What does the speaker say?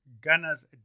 Ghana's